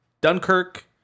Dunkirk